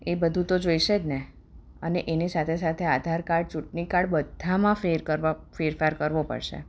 એ બધું તો જોઈશે જ ને અને એની સાથે સાથે આધાર કાર્ડ ચૂંટણી કાર્ડ બધામાં ફેર કરવા ફેરફાર કરવો પડશે